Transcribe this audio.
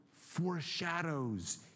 foreshadows